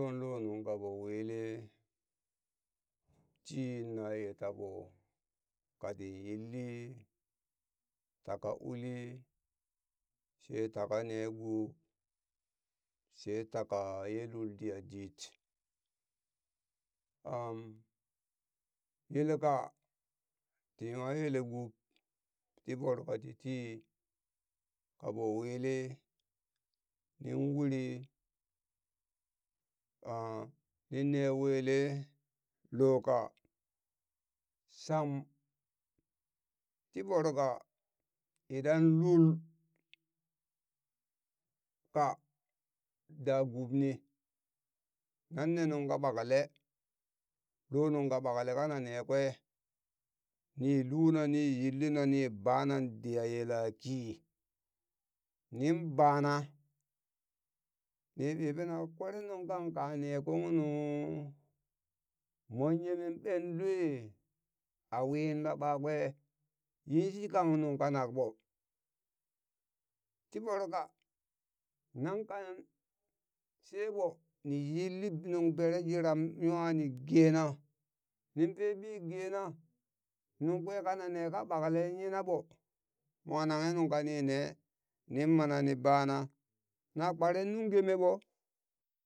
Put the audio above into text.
ɓonlo nungkako kaɓo wili tii naye taɓo kati yinli taka uli, she taka ne gub, she taka ye lul diya dit yeleka ti nwa yele gub ti voro kati tii kaɓo willi ning uri ah ninne wele lo ka sham ti voroka idan lul ka da gubni nanne nungka ɓakle lo nungka ɓakle kana ne kwe ni luna ni yillina ni bana diya yelaki nin bana ni ɓiɓina kwere nungkan ka ne kung nuu mon yemen ɓe lue? a win la ɓakwe yinshikang nungka nakɓo ti voro ka nan kan sheɓo ni yilli nung bere jiram nwa ni gena nin bebi gena nung kwe kanane ka ɓakle yina ɓo mo nanghe nungka ni ne nin mana ni bana na kpare nung geme ɓo.